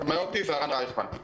ארגון המורים.